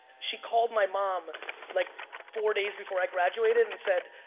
she called my mom like four days before i graduated and said,